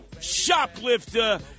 shoplifter